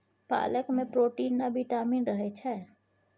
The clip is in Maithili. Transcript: पालक मे प्रोटीन आ बिटामिन रहय छै